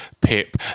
Pip